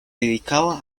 dedicaba